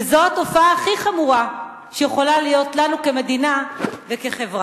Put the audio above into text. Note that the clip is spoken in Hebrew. וזו התופעה הכי חמורה שיכולה לנו כמדינה וכחברה.